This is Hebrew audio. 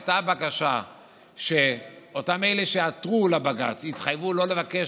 הייתה בקשה שאותם אלה שעתרו לבג"ץ יתחייבו לא לבקש